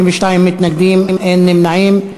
32 מתנגדים, אין נמנעים.